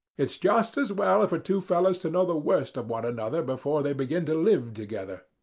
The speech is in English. it's just as well for two fellows to know the worst of one another before they begin to live together.